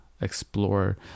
explore